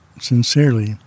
sincerely